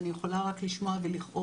אני רק יכולה לשמוע ולכאוב.